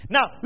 Now